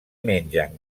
mengen